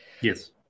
Yes